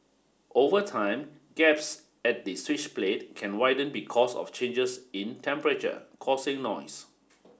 over time gaps at the switch plate can widen because of changes in temperature causing noise